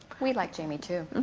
we like jamie too.